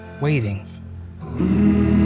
waiting